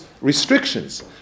restrictions